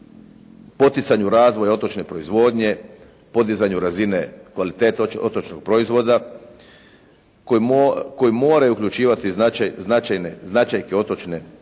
poticanju razvoja otočne proizvodnje, podizanju razine kvalitete otočnog proizvoda koji mora uključivati značajke otočne tradicije,